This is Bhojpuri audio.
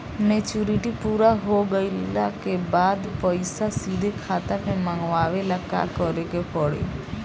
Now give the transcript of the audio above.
मेचूरिटि पूरा हो गइला के बाद पईसा सीधे खाता में मँगवाए ला का करे के पड़ी?